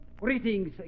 Greetings